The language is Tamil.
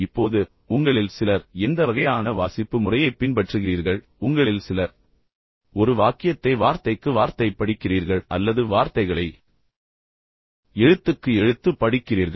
இப்போது உங்களில் சிலர் எந்த வகையான வாசிப்பு முறையைப் பின்பற்றுகிறீர்கள் உங்களில் சிலர் ஒரு வாக்கியத்தை வார்த்தைக்கு வார்த்தை படிக்கிறீர்கள் அல்லது வார்த்தைகளை எழுத்துக்கு எழுத்து படிக்கிறீர்கள்